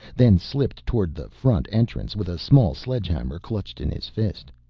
then slipped towards the front entrance with a small sledge hammer clutched in his fist.